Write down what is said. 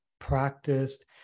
practiced